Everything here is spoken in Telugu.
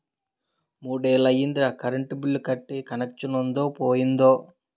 మూడ్నెల్లయ్యిందిరా కరెంటు బిల్లు కట్టీ కనెచ్చనుందో పోయిందో